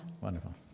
Wonderful